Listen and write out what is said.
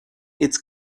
its